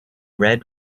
red